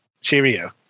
Cheerio